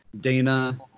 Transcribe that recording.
Dana